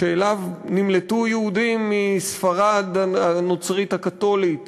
שאליו נמלטו יהודים מספרד הנוצרית הקתולית,